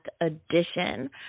edition